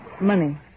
money